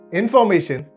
information